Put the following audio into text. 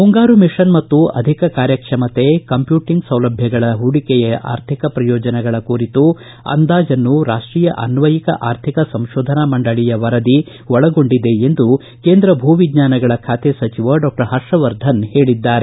ಮುಂಗಾರು ಮಿಷನ್ ಮತ್ತು ಅಧಿಕ ಕಾರ್ಯಕ್ಷಮತೆ ಕಂಪ್ಯೂಟಿಂಗ್ ಸೌಲಭ್ಯಗಳಲ್ಲಿ ಹೂಡಿಕೆಯ ಆರ್ಥಿಕ ಶ್ರಯೋಜನಗಳ ಕುರಿತ ಅಂದಾಜನ್ನು ರಾಷ್ಷೀಯ ಆನ್ವಯುಕ ಆರ್ಥಿಕ ಸಂಶೋಧನಾ ಮಂಡಳಿಯ ವರದಿ ಒಳಗೊಂಡಿದೆ ಎಂದು ಕೇಂದ್ರ ಭೂ ವಿಜ್ವಾನಗಳ ಖಾತೆ ಸಚಿವ ಡಾಕ್ಷರ್ ಹರ್ಷವರ್ಧನ್ ಹೇಳಿದ್ದಾರೆ